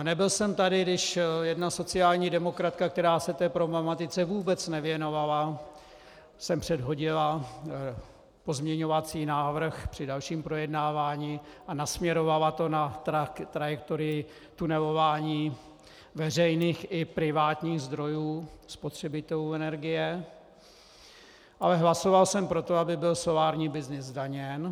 Nebyl jsem tady, když jedna sociální demokratka, která se té problematice vůbec nevěnovala, sem předhodila pozměňovací návrh při dalším projednávání a nasměrovala to na trajektorii tunelování veřejných i privátních zdrojů, spotřebitelů energie, ale hlasoval jsem pro to, aby byl solární byznys zdaněn.